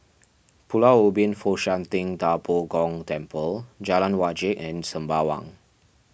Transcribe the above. Pulau Ubin Fo Shan Ting Da Bo Gong Temple Jalan Wajek and Sembawang